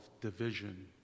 division